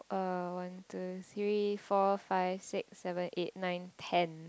uh one two three four five six seven eight nine ten